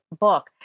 book